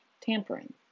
tampering